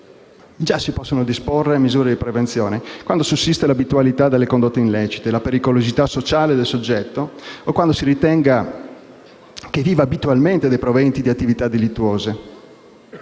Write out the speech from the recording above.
oggi si possono disporre misure di prevenzione quando sussiste l'abitualità delle condotte illecite, la pericolosità sociale del soggetto o quando si ritenga che viva abitualmente dei proventi di attività delittuose.